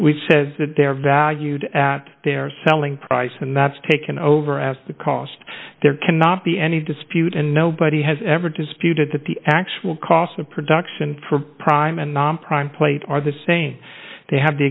we says that they're valued at their selling price and that's taken over as the cost there cannot be any dispute and nobody has ever disputed that the actual cost of production for prime and non prime plates are the same they have the